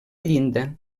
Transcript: llinda